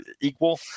equal